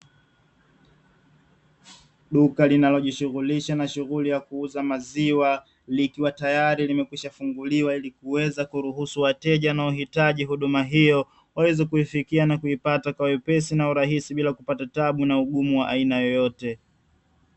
Duka linalo jishughulisha na shughuli ya kuuza maziwa likiwa tayari limeshakwisha funguliwa, ili kuweza kuruhusu wateja wanaohitaji huduma hiyo waweze kuifikia na kuipata kwa wepesi na uraisi bila kupata tabu na ugumu wowote.